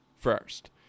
first